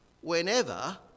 whenever